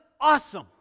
awesome